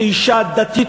כאישה דתית,